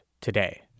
today